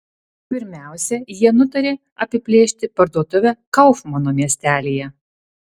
pirmiausia jie nutarė apiplėšti parduotuvę kaufmano miestelyje